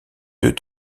deux